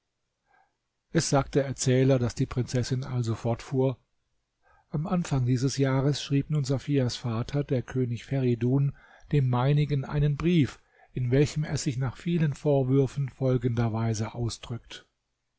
es sagt der erzähler daß die prinzessin also fortfuhr am anfang dieses jahres schrieb nun safias vater der könig feridun dem meinigen einen brief in welchem er sich nach vielen vorwürfen folgenderweise ausdrückt